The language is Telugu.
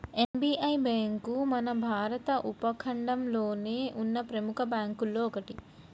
ఎస్.బి.ఐ బ్యేంకు మన భారత ఉపఖండంలోనే ఉన్న ప్రెముఖ బ్యేంకుల్లో ఒకటి